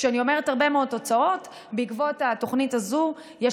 כשאני אומרת "הרבה מאוד תוצאות" בעקבות התוכנית הזאת יש,